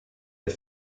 est